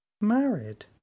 Married